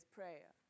prayer